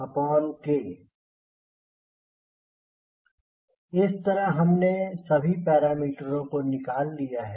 CLCD0K इस तरह हमने सभी पैरामीटरों को निकल लिया है